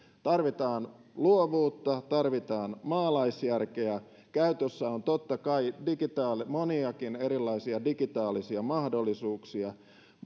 tarvitaan luovuutta tarvitaan maalaisjärkeä käytössä on totta kai moniakin erilaisia digitaalisia mahdollisuuksia